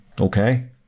Okay